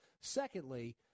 Secondly